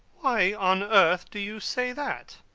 why on earth do you say that?